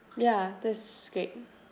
ya that's great